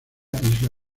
isla